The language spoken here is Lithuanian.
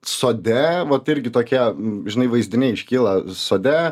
sode vat irgi tokie žinai vaizdiniai iškyla sode